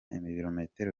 ibirometero